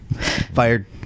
Fired